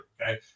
okay